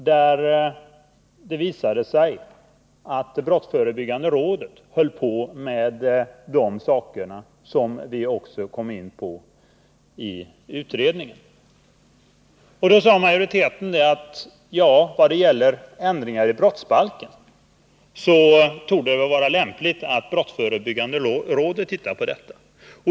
Det visade sig att brottsförebyggande rådet arbetade med problem som även vi i utredningen kom in på. Beträffande ändringar i brottsbalken sade majoriteten att det torde vara lämpligt att brottsförebyggande rådet ser på detta.